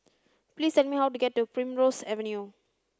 please tell me how to get to Primrose Avenue